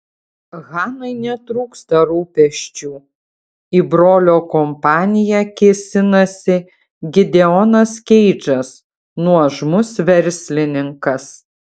hanai netrūksta rūpesčių į brolio kompaniją kėsinasi gideonas keidžas nuožmus verslininkas